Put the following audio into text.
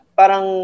parang